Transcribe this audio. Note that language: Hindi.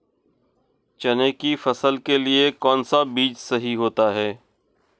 चने की फसल के लिए कौनसा बीज सही होता है?